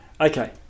Okay